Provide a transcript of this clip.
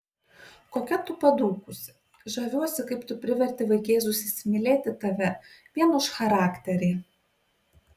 kokia tu padūkusi žaviuosi kaip tu priverti vaikėzus įsimylėti tave vien už charakterį